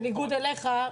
בניגוד אליך,